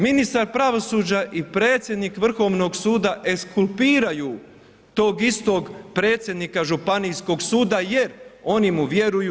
Ministar pravosuđa i predsjednik Vrhovnog suda eskulpiraju tog istog predsjednika Županijskog suda jer oni mu vjeruju.